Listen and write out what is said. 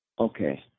okay